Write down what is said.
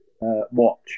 watch